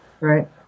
Right